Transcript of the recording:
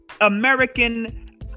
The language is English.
American